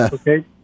Okay